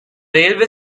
railway